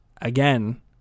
again